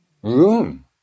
room